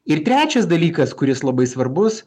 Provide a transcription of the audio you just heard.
ir trečias dalykas kuris labai svarbus